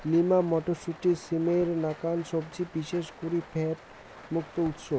lima মটরশুঁটি, সিমের নাকান সবজি বিশেষ করি ফ্যাট মুক্ত উৎস